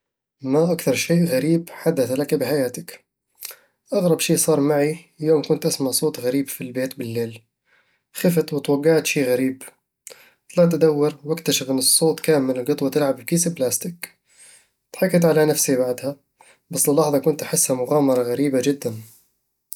ما أكثر شيء غريب حدث لك بحياتك؟ أغرب شي صار معي يوم كنت أسمع صوت غريب في البيت بالليل، خفت وتوقعت شي غريب طلعت أدور وأكتشف أن الصوت كان من القطوة تلعب بكيس بلاستيك ضحكت على نفسي بعدها، بس للحظة كنت أحسها مغامرة غريبة جدًا